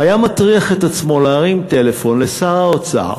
היה מטריח את עצמו להרים טלפון לשר האוצר